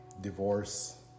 divorce